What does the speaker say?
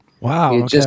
Wow